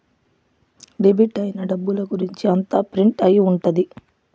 debit అయిన డబ్బుల గురుంచి అంతా ప్రింట్ అయి ఉంటది